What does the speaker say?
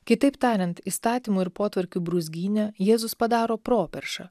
kitaip tariant įstatymų ir potvarkių brūzgyne jėzus padaro properšą